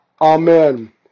Amen